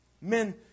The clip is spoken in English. Men